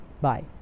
Bye